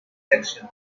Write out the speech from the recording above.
section